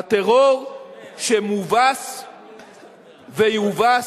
הטרור מובס ויובס,